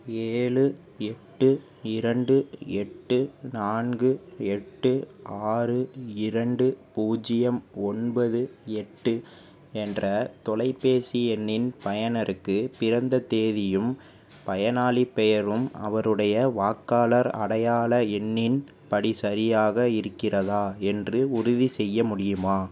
ஏழு எட்டு இரண்டு எட்டு நான்கு எட்டு ஆறு இரண்டு பூஜ்ஜியம் ஒன்பது எட்டு என்ற தொலைபேசி எண்ணின் பயனருக்கு பிறந்த தேதியும் பயனாளிப் பெயரும் அவருடைய வாக்காளர் அடையாள எண்ணின் படி சரியாக இருக்கிறதா என்று உறுதிசெய்ய முடியுமா